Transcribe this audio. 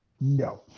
No